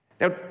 now